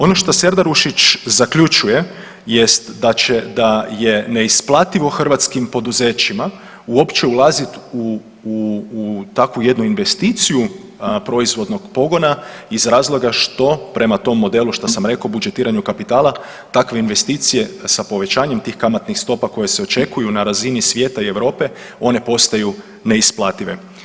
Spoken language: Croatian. Ono što Serdarušić zaključuje jest da je neisplativo hrvatskim poduzećima uopće ulazit u takvu jednu investiciju proizvodnog pogona iz razloga što prema tom modelu šta sam rekao budžetiranju kapitala takve investicije sa povećanjem tih kamatnih stopa koje se očekuju na razini svijeta i Europe one postaju neisplative.